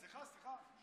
סליחה, סליחה.